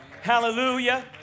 Hallelujah